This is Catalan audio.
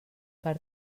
per